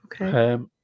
Okay